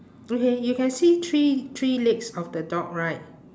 okay you can see three three legs of the dog right